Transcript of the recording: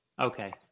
Okay